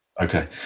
Okay